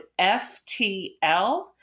FTL